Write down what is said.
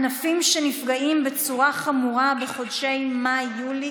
ענפים שנפגעים בצורה חמורה בחודשי מאי יולי